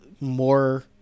more